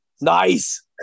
Nice